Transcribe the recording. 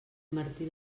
martí